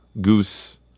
Goose